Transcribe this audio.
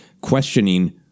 questioning